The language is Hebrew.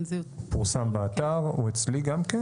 פורסם באתר, הוא אצלי גם כן,